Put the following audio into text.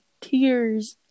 Tears